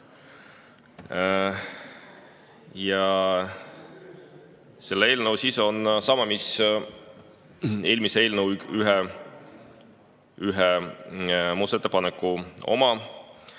Selle eelnõu sisu on sama mis eelmise eelnõu ühe muudatusettepaneku oma.